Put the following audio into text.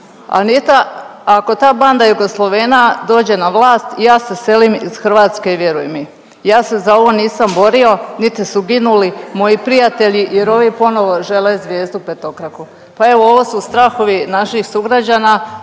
Anita ako ta banda Jugoslavena dođe na vlast ja se selim iz Hrvatske, vjeruj mi. Ja se za ovo nisam borio niti su ginuli moji prijatelji jer ovi ponovno žele zvijezdu petokraku. Pa evo ovo su strahovi naših sugrađana.